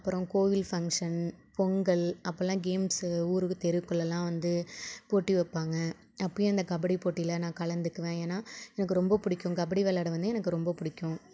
அப்பறம் கோவில் ஃபங்ஷன் பொங்கல் அப்போல்லாம் கேம்சு ஊருக்கு தெருக்குள்ளலாம் வந்து போட்டி வைப்பாங்க அப்போயும் அந்த கபடி போட்டியில் நான் கலந்துக்குவேன் ஏன்னா எனக்கு ரொம்ப பிடிக்கும் கபடி விளாட வந்து எனக்கு ரொம்ப பிடிக்கும்